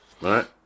right